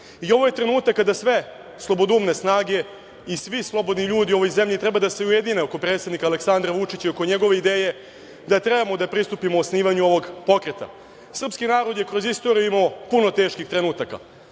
ovo je trenutak kada sve slobodoumne snage i svi slobodni ljudi u ovoj zemlji treba da se ujedine oko predsednika Aleksandra Vučića i oko njegove ideje, da trebamo da pristupimo osnivanju ovog pokreta. Srpski narod je kroz istoriju imao puno teških trenutaka,